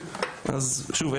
שוב,